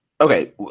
Okay